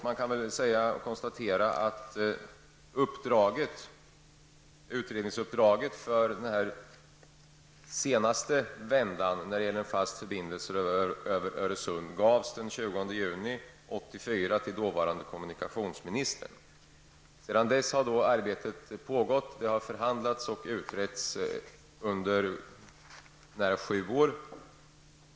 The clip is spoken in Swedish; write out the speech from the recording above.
Man kan konstatera att utredningsuppdraget i den senaste vändan när det gäller en fast förbindelse över Öresund gavs den 20 juni 1984 till dåvarande kommunikationsministern. Sedan dess har arbetet pågått. Det har förhandlats och utretts under nära sju år.